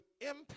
impact